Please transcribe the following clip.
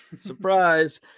Surprise